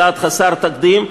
צעד חסר תקדים,